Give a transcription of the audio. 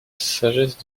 sagesse